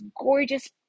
gorgeous